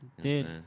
Dude